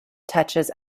touches